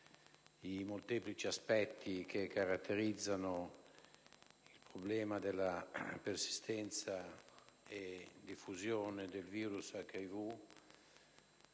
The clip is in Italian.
i molteplici aspetti che caratterizzano il problema della persistenza e diffusione del virus HIV,